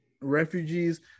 refugees